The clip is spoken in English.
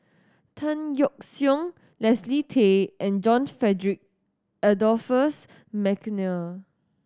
Tan Yeok Seong Leslie Tay and John Frederick Adolphus McNair